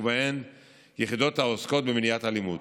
ובהן יחידות העוסקות במניעת אלימות.